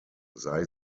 sei